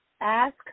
ask